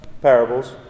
parables